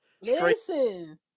Listen